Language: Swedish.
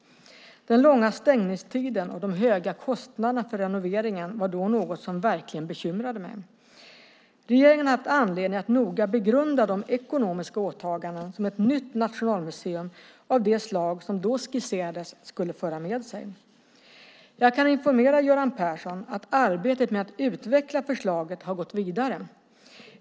Den långa stängningstiden och de höga kostnaderna för renoveringen var då något som verkligen bekymrade mig. Regeringen har haft anledning att noga begrunda de ekonomiska åtaganden som ett nytt Nationalmuseum av det slag som då skisserades skulle föra med sig. Jag kan informera Göran Persson om att arbetet med att utveckla förslaget har gått vidare.